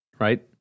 right